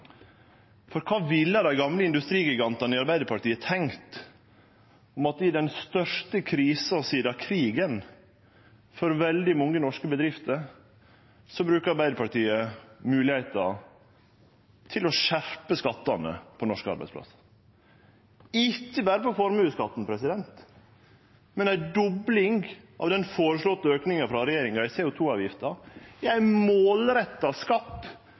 For kva ville dei gamle industrigigantane i Arbeidarpartiet tenkt om at i den største krisa sidan krigen for veldig mange norske bedrifter bruker Arbeidarpartiet moglegheita til å skjerpe skattane på norske arbeidsplassar – ikkje berre formuesskatten, men ei dobling av den føreslåtte auken frå regjeringa i CO 2 -avgifta? Det er ein målretta skatt